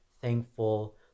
thankful